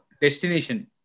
destination